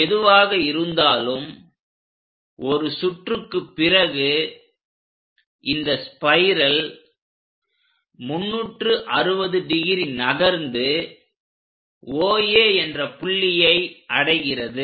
எதுவாக இருந்தாலும் ஒரு சுற்றுக்கு பிறகு இந்த ஸ்பைரல் 360° நகர்ந்து OA என்ற புள்ளியை அடைகிறது